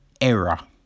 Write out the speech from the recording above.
error